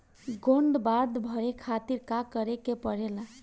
Gold bond भरे खातिर का करेके पड़ेला?